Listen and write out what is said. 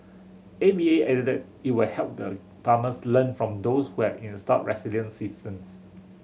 A V A added that it will help the farmers learn from those who have installed resilient systems